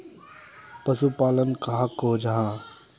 पशुपालन कहाक को जाहा?